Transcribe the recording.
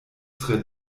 tre